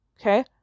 Okay